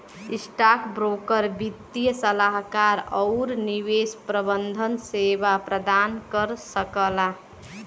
stockbroker वित्तीय सलाहकार आउर निवेश प्रबंधन सेवा प्रदान कर सकला